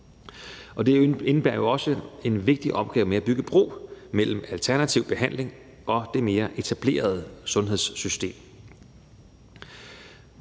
Det indebærer jo også en vigtig opgave med at bygge bro mellem alternativ behandling og det mere etablerede sundhedssystem.